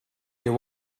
you